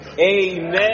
Amen